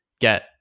get